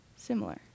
similar